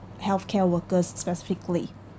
healthcare workers specifically